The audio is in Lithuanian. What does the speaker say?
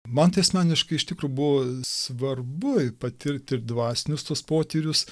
man tai asmeniškai iš tikro buvo svarbu ir patirti ir dvasinius tuos potyrius